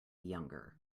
younger